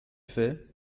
fais